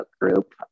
group